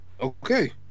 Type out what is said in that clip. okay